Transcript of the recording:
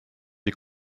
die